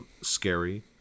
scary